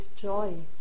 joy